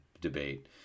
debate